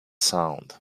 sound